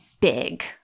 big